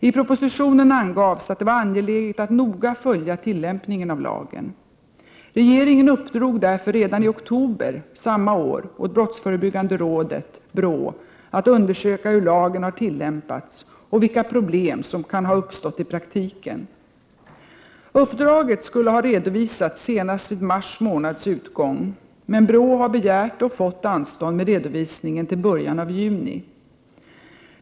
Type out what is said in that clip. I propositionen angavs att det var angeläget att noga följa tillämpningen av lagen. Regeringen uppdrog därför redan i oktober samma år åt brottsförebyggande rådet — BRÅ -— att undersöka hur lagen har tillämpats och vilka problem som kan ha uppstått i praktiken. Uppdraget skulle ha redovisats senast vid mars månads utgång, men BRÅ har begärt och fått anstånd med redovisningen till början av juni.